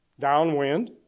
downwind